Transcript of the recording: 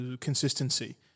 consistency